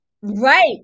Right